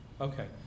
Okay